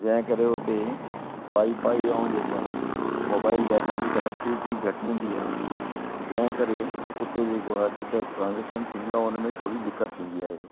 जंहिं करे उते वाईफाई ऐं जेको आहे मोबाइल डाटा जी कनेक्टिविटी घटि हूंदी आहे जंहिं करे उते जेको आहे जेका ट्रांज़ेक्शन थींदी आहे उनमें थोरी दिक़त थींदी आहे